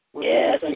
Yes